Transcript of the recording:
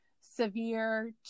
severe